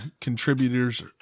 contributors